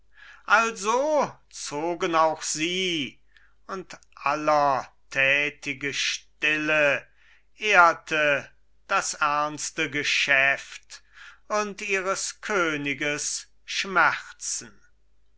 also zogen auch sie und aller tätige stille ehrte das ernste geschäft und ihres königes schmerzen